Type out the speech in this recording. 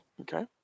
Okay